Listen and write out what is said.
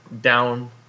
down